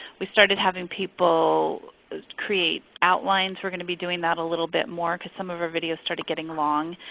we started having people create outlines. we're going to be doing that a little bit more because some of our videos started getting long.